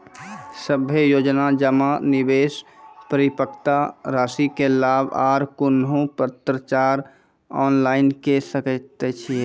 सभे योजना जमा, निवेश, परिपक्वता रासि के लाभ आर कुनू पत्राचार ऑनलाइन के सकैत छी?